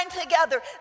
together